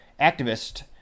activist